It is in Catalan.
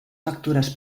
factures